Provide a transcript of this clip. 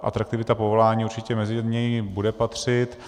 Atraktivita povolání určitě mezi ně bude patřit.